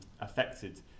affected